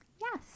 yes